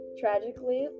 tragically